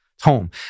home